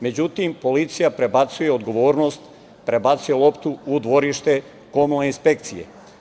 Međutim, policija prebacuje odgovornost, prebacuje loptu u dvorište komunalne inspekcije.